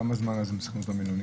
כמה זמן הם צריכים להיות במלונית?